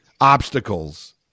obstacles